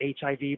HIV